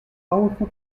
powerful